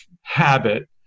habit